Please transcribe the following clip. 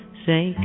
say